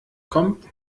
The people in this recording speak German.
kommt